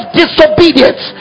disobedience